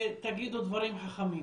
ותגידו דברים חכמים.